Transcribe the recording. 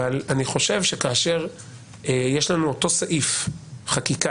אבל אני חושב שכאשר יש לנו את אותו סעיף חקיקה